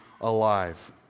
alive